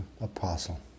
Apostle